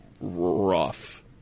rough